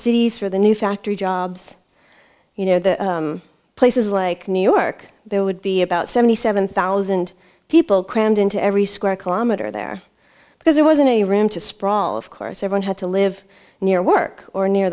cities for the new factory jobs you know places like new york there would be about seventy seven thousand people crammed into every square kilometer there because there wasn't a room to sprawl of course everyone had to live near work or near